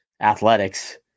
athletics